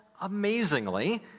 amazingly